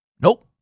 Nope